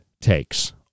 takes